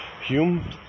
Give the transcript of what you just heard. Hume